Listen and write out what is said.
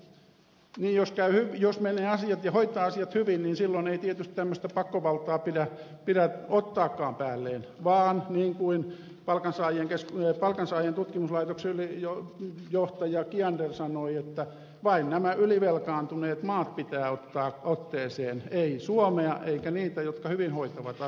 niin jos asiat menevät hyvin ja hoitaa asiat hyvin niin silloin ei tietysti tämmöistä pakkovaltaa pidä ottaakaan päälleen vaan niin kuin palkansaajien tutkimuslaitoksen ylijohtaja kiander sanoi vain nämä ylivelkaantuneet maat pitää ottaa otteeseen ei suomea eikä niitä jotka hyvin hoitavat asiansa